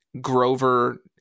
grover